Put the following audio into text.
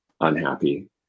unhappy